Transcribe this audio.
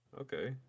Okay